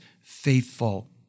faithful